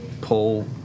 pull